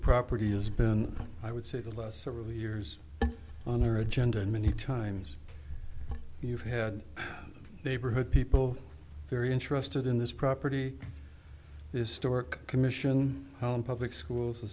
property has been i would say the last several years on their agenda and many times you've had neighborhood people very interested in this property this stork commission public schools the